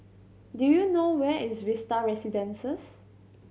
do you know where is Vista Residences